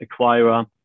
acquirer